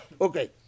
Okay